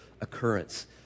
occurrence